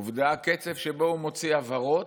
עובדה, הקצב שבו הוא מוציא הבהרות,